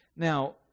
Now